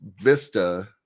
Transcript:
Vista